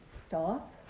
stop